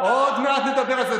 עוד מעט אולי נדבר על זה.